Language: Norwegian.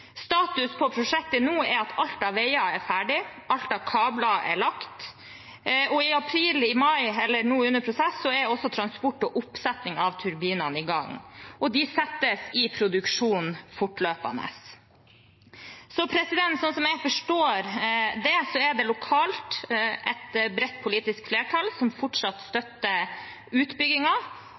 Status for prosjektet nå er at alt av veier er ferdig, alt av kabler er lagt, og i april/mai, eller nå under prosess, er også transport og oppsetting av turbinene i gang, og de settes i produksjon fortløpende. Sånn som jeg forstår det, er det lokalt et bredt politisk flertall som fortsatt støtter